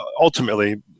ultimately